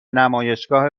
نمایشگاه